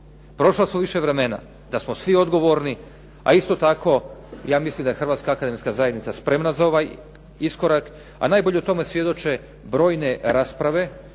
Prošla su više vremena da smo svi odgovorni, a isto tako ja mislim da je Hrvatska akademska zajednica spremna za ovaj iskorak. A najbolje o tome svjedoče brojne rasprave